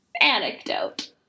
Anecdote